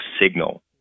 signal